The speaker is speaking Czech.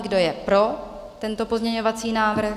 Kdo je pro tento pozměňovací návrh?